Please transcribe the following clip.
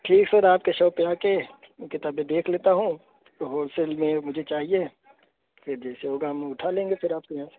ٹھیک ہے سر آپ کے شاپ پہ آ کے میں کتابیں دیکھ لیتا ہوں ہول سیل میں مجھے چاہیے پھر جیسے ہوگا ہم اٹھا لیں گے سر آپ کے یہاں سے